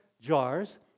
jars